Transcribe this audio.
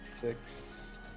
six